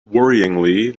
worryingly